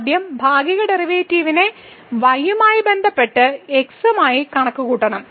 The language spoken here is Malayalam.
ആദ്യം ഭാഗിക ഡെറിവേറ്റീവിനെ y യുമായി ബന്ധപ്പെട്ട് x മായി കണക്കുകൂട്ടണം